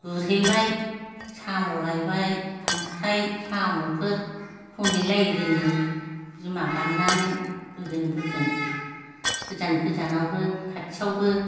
गुरहैबाय साम' लायबाय खांख्राय साम'फोर खनहैलायो जोङो बिमा बारनानै बोजों बोजों गोजान गोजानावबो खाथियावबो